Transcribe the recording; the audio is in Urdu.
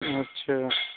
اچھا